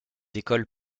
écoles